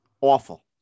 awful